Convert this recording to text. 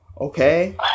Okay